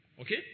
Okay